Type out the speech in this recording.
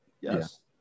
Yes